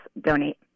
donate